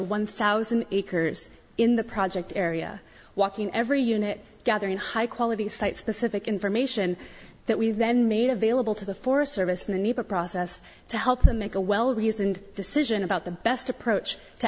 one thousand acres in the project area walking every unit gathering high quality site specific information that we then made available to the forest service in the neighbor process to help them make a well reasoned decision about the best approach to